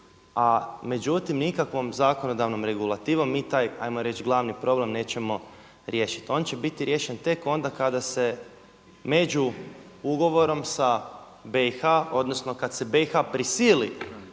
a međutim nikakvom zakonodavnom regulativom mi taj hajmo reći glavni problem nećemo riješiti. On će biti riješen tek onda kada se među ugovorom sa BiH, odnosno kad se BiH prisili